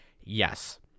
Yes